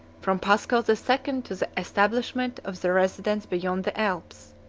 from paschal the second to the establishment of their residence beyond the alps.